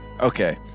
Okay